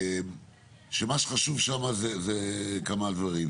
שמה שחשוב שם זה כמה דברים.